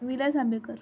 Vilas Ambekar